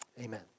Amen